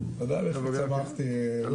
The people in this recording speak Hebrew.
אני מצטער שזה אולי נשמע קטן אבל מבחינתי זה לא